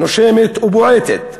נושמת ובועטת.